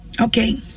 okay